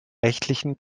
rechtlichen